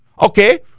Okay